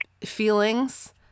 feelings